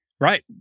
Right